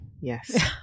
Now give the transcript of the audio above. yes